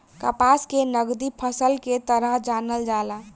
कपास के नगदी फसल के तरह जानल जाला